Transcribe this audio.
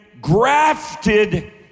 grafted